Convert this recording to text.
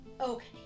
Okay